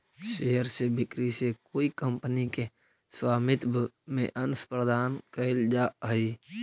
share के बिक्री से कोई कंपनी के स्वामित्व में अंश प्रदान कैल जा हइ